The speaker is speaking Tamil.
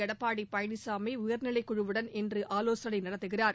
எடப்பாடி பழனிசாமி உயர்நிலைக்குழுவுடன் இன்று ஆவோசனை நடத்துகிறார்